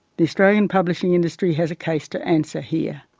the australian publishing industry has a case to answer here.